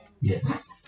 Yes